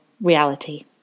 reality